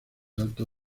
alto